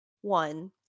One